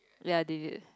ya David